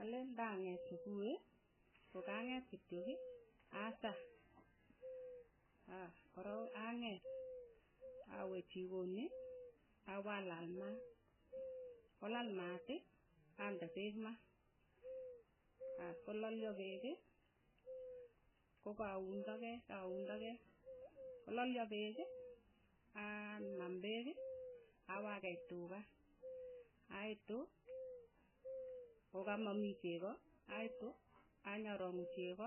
Alen ng'a ng'et supuhi, ko kang'et kityo ki, asa, as korok ang'et, awe chikoni apalal mat, kolal maat ande peek mat, as kolalyo pek i, kokauun toket aun toket, kolalyo peek ii aanam peek awakei tuka, aitu kokamamii cheko aitu anyarang'u cheko